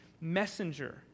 messenger